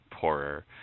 poorer